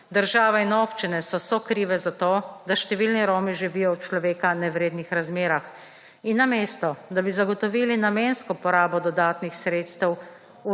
Države in občine so sokrive za to, da številni Romi živijo v človeka nevrednih razmerah in namesto, da bi zagotovili namensko porabo dodatnih sredstev